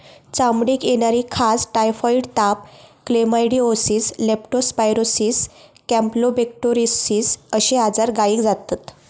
चामडीक येणारी खाज, टायफॉइड ताप, क्लेमायडीओसिस, लेप्टो स्पायरोसिस, कॅम्पलोबेक्टोरोसिस अश्ये आजार गायीक जातत